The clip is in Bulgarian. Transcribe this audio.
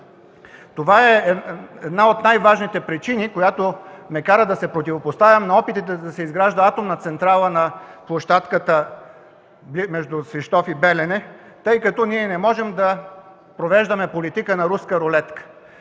Това е една от най-важните причини, която ме кара да се противопоставям на опитите да се изгражда атомна електроцентрала на площадките между Свищов и Белене, тъй като не можем да провеждаме политика на руска рулетка.